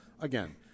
Again